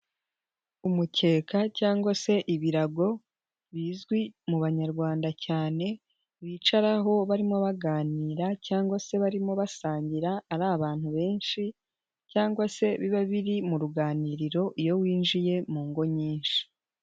Umukeka cyangwa se ibirago bizwi mu banyarwanda cyane, bicaraho barimo baganira cyangwa se barimo basangira ari abantu benshi, cyangwa se biba biri mu ruganiriro iyo winjiye mu ngo nyinshi.